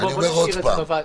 אני אומר עוד פעם,